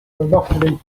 monopoly